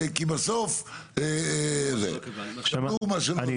כי בסוף זה מה שיקרה.